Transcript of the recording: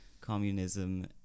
communism